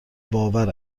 باور